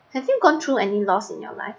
have you gone any loss in your life